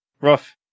rough